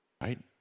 Right